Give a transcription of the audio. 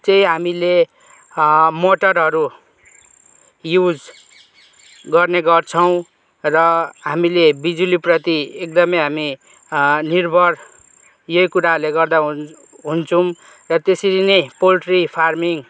चाहिँ हामीले मोटरहरू युज गर्ने गर्छौँ र हामीले बिजुली प्रति एकदमै हामी निर्भर यही कुरहरूले गर्दा हुन हुन्छौँ र त्यसरी नै पोल्ट्री फार्मिङ